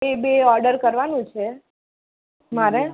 એ બે ઓડર કરવાનું છે મારે